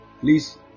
please